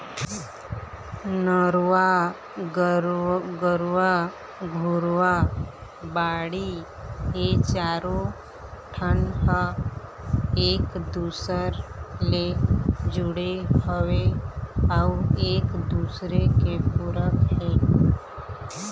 नरूवा, गरूवा, घुरूवा, बाड़ी ए चारों ठन ह एक दूसर ले जुड़े हवय अउ एक दूसरे के पूरक हे